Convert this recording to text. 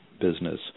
business